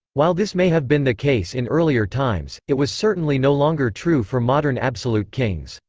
while this may have been the case in earlier times, it was certainly no longer true for modern absolute kings.